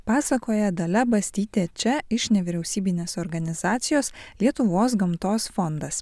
pasakoja dalia bastytė čia iš nevyriausybinės organizacijos lietuvos gamtos fondas